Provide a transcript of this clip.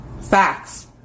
facts